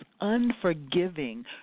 unforgiving